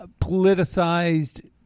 politicized